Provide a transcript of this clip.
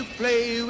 play